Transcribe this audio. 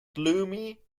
gloomy